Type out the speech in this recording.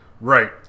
right